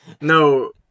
no